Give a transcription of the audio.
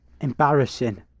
embarrassing